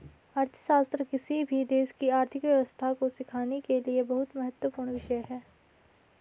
अर्थशास्त्र किसी भी देश की आर्थिक व्यवस्था को सीखने के लिए बहुत महत्वपूर्ण विषय हैं